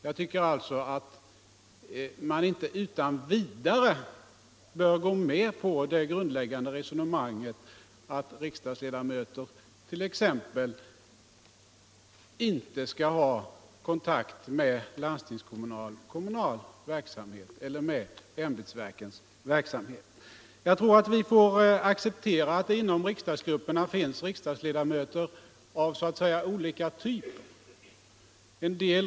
Jag tycker alltså att man inte utan vidare skall gå med på det grundläggande resonemanget att riksdagens ledamöter inte skall ha kontakt med landstingskommunal och kommunal verksamhet eller med ämbetsverkens verksamhet. Det måste också inom riksdagsgrupperna finns ledamöter av olika typ.